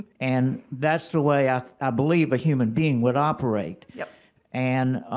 and, that's the way ah i believe a human being would operate yeah and,